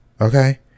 okay